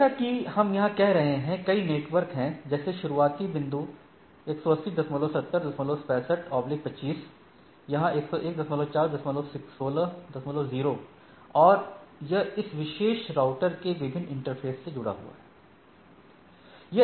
जैसा कि हम यहां कर रहे हैं कई नेटवर्क हैं जैसे शुरुआती बिंदु 1807065 25 यहाँ 2014160 और यह इस विशेष राउटर के विभिन्न इंटरफेस के साथ जुड़ा हुआ है